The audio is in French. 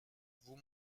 vous